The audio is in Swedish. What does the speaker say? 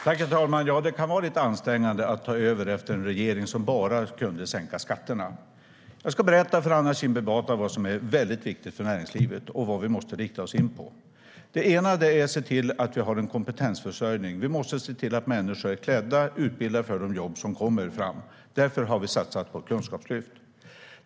Herr talman! Ja, det kan vara lite ansträngande att ta över efter en regering som bara kunde sänka skatterna. Jag ska berätta för Anna Kinberg Batra vad som är väldigt viktigt för näringslivet och vad vi måste rikta in oss på. Det ena är att se till att vi har en kompetensförsörjning. Vi måste se till att människor är utbildade för de jobb som kommer fram. Därför har vi satsat på ett kunskapslyft.